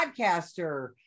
podcaster